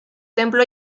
templo